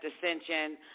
dissension